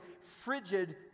frigid